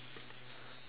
ah ya